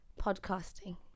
podcasting